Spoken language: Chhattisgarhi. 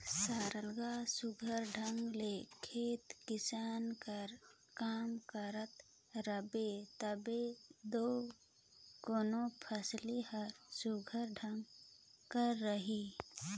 सरलग सुग्घर ढंग ले खेती किसानी कर काम करत रहबे तबे दो कोनो फसिल हर सुघर ढंग कर रही